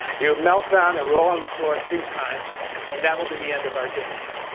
you melt down and roll on the floor three times and that will be the end of our dance.